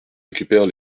récupère